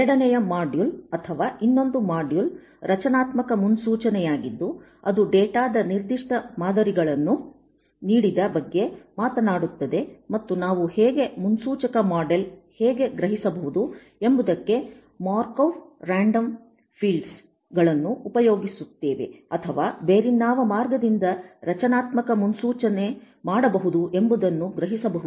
ಎರಡನೆಯ ಮಾಡ್ಯುಲ್ ಅಥವಾ ಇನ್ನೊಂದು ಮಾಡ್ಯುಲ್ ರಚನಾತ್ಮಕ ಮುನ್ಸೂಚನೆಯಾಗಿದ್ದು ಅದು ಡೇಟಾದ ನಿರ್ದಿಷ್ಟ ಮಾದರಿಯನ್ನು ನೀಡಿದ ಬಗ್ಗೆ ಮಾತನಾಡುತ್ತದೆ ಮತ್ತು ನಾವು ಹೇಗೆ ಮುನ್ಸೂಚಕ ಮಾಡೆಲ್ ಹೇಗೆ ಗ್ರಹಿಸಬಹುದು ಎಂಬುದಕ್ಕೆ ಮಾರ್ಕೊ ರಾಂಡಮ್ ಫೀಲ್ಡ್ಸ್ಗಳನ್ನು ಉಪಯೋಗಿಸುತ್ತೇವೆ ಅಥವಾ ಬೇರಿನ್ನಾವ ಮಾರ್ಗದಿಂದ ರಚನಾತ್ಮಕ ಮುನ್ಸೂಚನೆ ಮಾಡಬಹುದು ಎಂಬುದನ್ನು ಗ್ರಹಿಸಬಹುದು